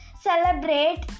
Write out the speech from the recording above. celebrate